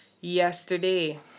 yesterday